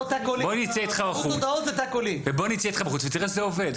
בוא נצא איתך החוצה ותראה אם זה עובד.